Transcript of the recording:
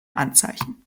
anzeichen